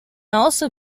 also